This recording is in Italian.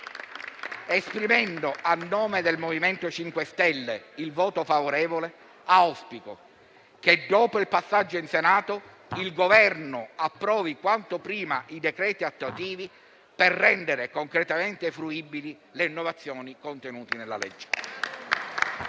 Esprimendo, a nome del MoVimento 5 Stelle, il voto favorevole sul provvedimento in esame, auspico che dopo il passaggio in Senato, il Governo approvi quanto prima i decreti attuativi per rendere concretamente fruibili le innovazioni contenute nel testo.